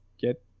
get